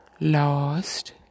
lost